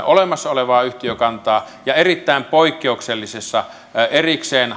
olemassa olevaan yhtiökantaan ja erittäin poikkeuksellisesti erikseen